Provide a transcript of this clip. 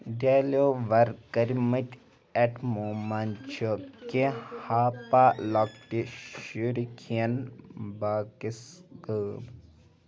deliver کٔرمٕتۍ آیٹمو منٛز چھِ کینٛہہ ہاپا لۄکٕٹہِ شُرۍ کھٮ۪ن باکِس غٲب